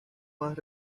más